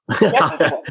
Yes